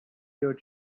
your